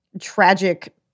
tragic